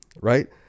right